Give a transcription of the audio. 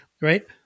right